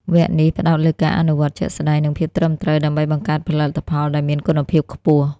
វគ្គនេះផ្តោតលើការអនុវត្តជាក់ស្តែង និងភាពត្រឹមត្រូវ ដើម្បីបង្កើតផលិតផលដែលមានគុណភាពខ្ពស់។